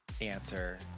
answer